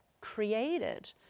created